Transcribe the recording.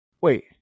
wait